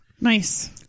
Nice